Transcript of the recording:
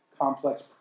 complex